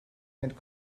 and